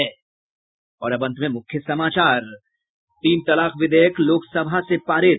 और अब अंत में मुख्य समाचार तीन तलाक विधेयक लोकसभा से पारित